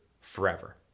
forever